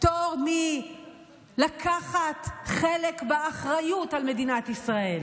פטור מלקחת חלק באחריות על מדינת ישראל.